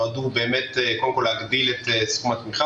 אותם 100 מיליוני שקלים נועדו להגדיל את סכום התמיכה